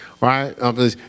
Right